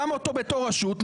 שם אותו בתור רשות,